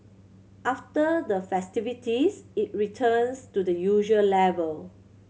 after the festivities it returns to the usual level